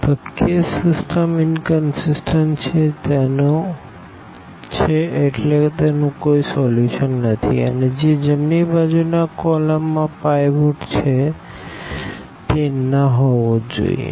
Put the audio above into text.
તો case system inconsistent છે તેનો છે એટલે તેનું કોઈ સોલ્યુશન નથી અને જે જમણી બાજુ ના કોલમ માં પાઈવોટ છે તે ના હોવો જોઈએ